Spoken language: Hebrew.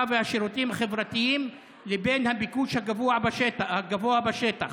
והשירותים החברתיים לבין הביקוש הגבוה בשטח.